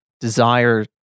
desire